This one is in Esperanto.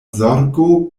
zorgo